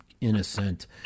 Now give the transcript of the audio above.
innocent